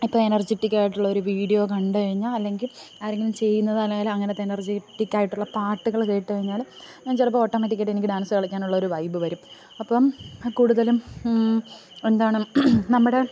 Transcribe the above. ഇപ്പോൾ എനർജറ്റിക്ക് ആയിട്ടുള്ളൊരു വീഡിയോ കണ്ടുകഴിഞ്ഞാൽ അല്ലെങ്കിൽ ആരെങ്കിലും ചെയ്യുന്നത് അല്ലെങ്കിൽ അങ്ങനത്തെ എനർജെറ്റിക്ക് ആയിട്ടുള്ള പാട്ടുകൾ കേട്ടുകഴിഞ്ഞാലും ഞാൻ ചിലപ്പോൾ ഓട്ടോമാറ്റിക്ക് ആയിട്ടെനിക്ക് ഡാൻസ് കളിക്കാനുള്ളൊരു വൈബ് വരും അപ്പം കൂടുതലും എന്താണ് നമ്മുടെ